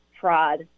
fraud